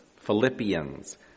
Philippians